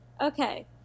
Okay